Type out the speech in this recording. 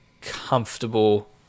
comfortable